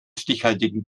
stichhaltigen